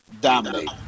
dominate